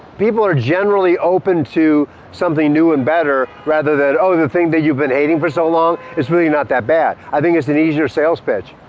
people are generally open to something new and better, rather than oh, the thing that you've been hating for so long, it's really not that bad! i think it's an easier sales pitch.